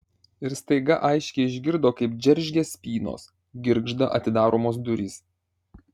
ir staiga aiškiai išgirdo kaip džeržgia spynos girgžda atidaromos durys